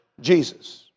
Jesus